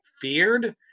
feared